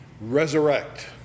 resurrect